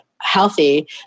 healthy